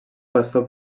pastor